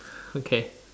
okay